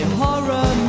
horror